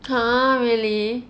!huh! really